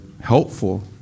helpful